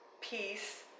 peace